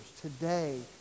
Today